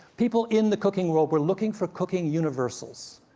people in the cooking world were looking for cooking universals.